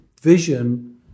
vision